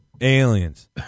Aliens